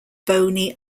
bony